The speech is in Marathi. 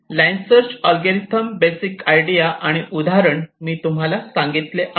line search algorithm basic idea आणि उदाहरण मी तुम्हाला सांगितले आहे